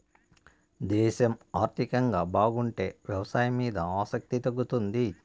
దేశం ఆర్థికంగా బాగుంటే వ్యవసాయం మీద ఆసక్తి తగ్గుతుంది